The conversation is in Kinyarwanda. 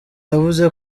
yavuze